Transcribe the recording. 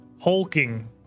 hulking